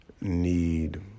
need